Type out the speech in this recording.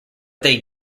they